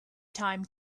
time